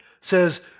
says